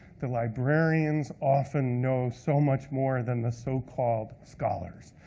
the librarians often know so much more than the so-called scholars.